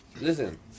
Listen